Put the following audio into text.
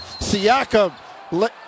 Siakam